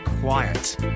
quiet